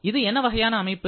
இது என்ன வகையான அமைப்பு